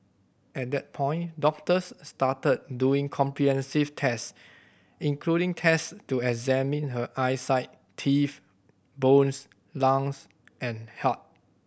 at that point doctors started doing comprehensive test including test to examine her eyesight teeth bones lungs and heart